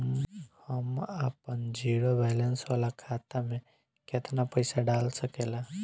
हम आपन zero balance वाला खाता मे केतना पईसा डाल सकेला?